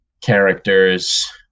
characters